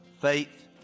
Faith